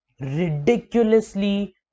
ridiculously